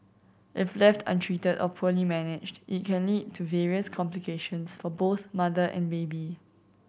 if left untreated or poorly managed it can lead to various complications for both mother and baby